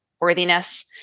worthiness